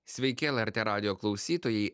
sveiki lrt radijo klausytojai